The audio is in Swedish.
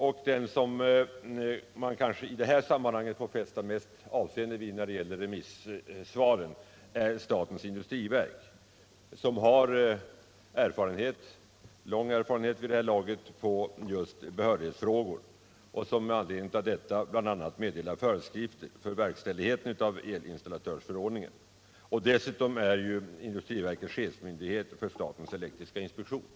Det organ som man kanske i detta sammanhang får fästa det största avseendet vid när det gäller remissvar är statens industriverk, som vid det här laget har lång erfarenhet av behörighetsfrågor och som med anledning därav bl.a. meddelar föreskrifter för verkställigheten av elinstallatörsförordningen. Dessutom är industriverket chefsmyndighet för statens elektriska inspektion.